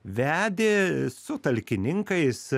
vedė su talkininkais